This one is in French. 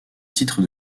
titre